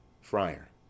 friar